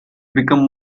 become